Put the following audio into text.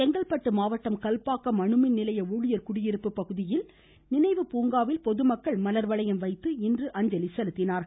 செங்கல்பட்டு மாவட்டம் கல்பாக்கம் அணுமின் நிலைய ஊழியர் குடியிருப்பு பகுதியில் அமைந்துள்ள சுனாமி நினைவு பூங்காவில் பொதுமக்கள் மலர் வளையம் வைத்து இன்று அஞ்சலி செலுத்தினார்கள்